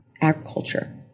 agriculture